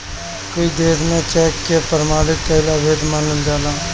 कुछ देस में चेक के प्रमाणित कईल अवैध मानल जाला